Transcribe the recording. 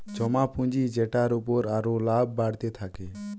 জমা পুঁজি যেটার উপর আরো লাভ বাড়তে থাকে